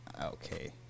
okay